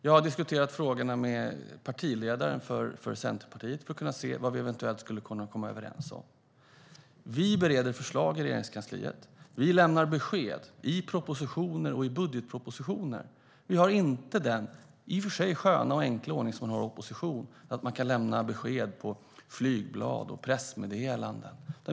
Jag har diskuterat frågorna med partiledaren för Centerpartiet för att se vad vi eventuellt skulle kunna komma överens om. Vi bereder förslag i Regeringskansliet. Vi lämnar besked i propositioner och i budgetpropositionen. Vi har inte den i och för sig sköna och enkla ordning som man har i opposition, att man kan lämna besked på flygblad och i pressmeddelanden.